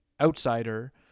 outsider